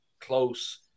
close